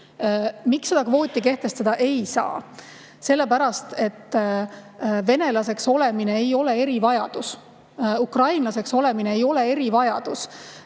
Miks seda kvooti kehtestada ei saa? Sellepärast, et venelaseks olemine ei tähenda erivajadust. Ukrainlaseks olemine ei tähenda erivajadust.